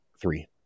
Three